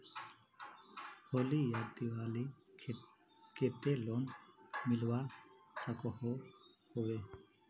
होली या दिवालीर केते लोन मिलवा सकोहो होबे?